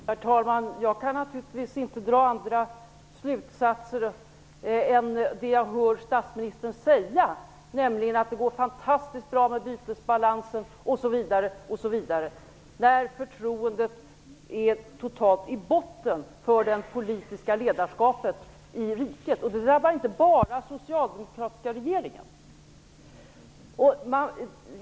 Herr talman! Jag kan naturligtvis inte dra andra slutsatser än det som jag hör statsministern säga, nämligen att det går fantastiskt bra med bytesbalansen osv., när förtroendet i riket för det politiska ledarskapet ligger totalt i botten. Detta drabbar inte bara den socialdemokratiska regeringen.